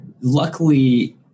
luckily